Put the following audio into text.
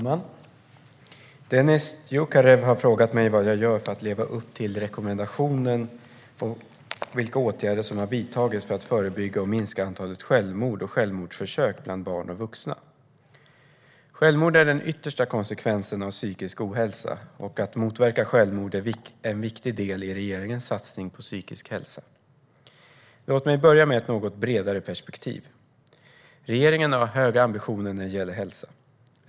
Herr talman! Dennis Dioukarev har frågat mig vad jag gör för att leva upp till rekommendationen och vilka åtgärder som har vidtagits för att förebygga och minska antalet självmord och självmordsförsök bland barn och vuxna. Självmord är den yttersta konsekvensen av psykisk ohälsa, och att motverka självmord är en viktig del i regeringens satsning på psykisk hälsa. Låt mig börja med ett något bredare perspektiv. Regeringen har höga ambitioner när det gäller hälsa.